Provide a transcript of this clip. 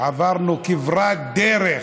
עברנו כברת דרך,